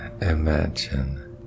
imagine